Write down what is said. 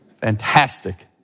fantastic